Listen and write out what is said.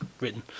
written